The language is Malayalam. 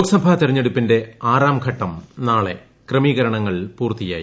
ലോക്സഭാ തെരഞ്ഞെടുപ്പിന്റെ ആറാംഘട്ടം നാളെ ക്രമീകരണങ്ങൾ പൂർത്തിയായി